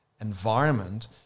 environment